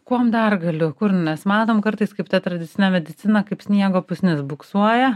kuom dar galiu kur nes matom kartais kaip ta tradicinė medicina kaip sniego pusnis buksuoja